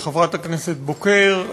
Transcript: לחברת הכנסת בוקר,